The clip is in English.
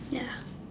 ya